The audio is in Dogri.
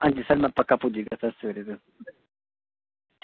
आं जी सर में पक्का पुज्जी जाह्गा